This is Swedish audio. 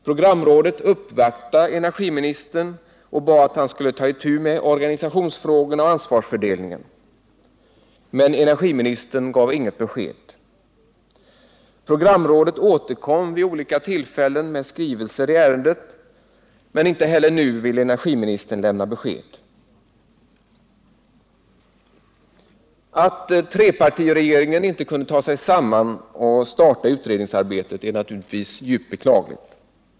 Programrådet uppvaktade energiministern och bad att han skulle ta itu med organisationsfrågorna och ansvarsfördelningen. Men energiministern gav 15 inget besked. Programrådet återkom vid olika tillfällen med skrivelser i ärendet, men inte heller nu ville energiministern lämna besked. Att trepartiregeringen inte kunde ta sig samman och starta utredningsarbetet är naturligtvis djupt beklagligt.